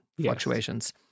fluctuations